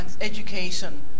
education